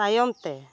ᱛᱟᱭᱚᱢᱛᱮ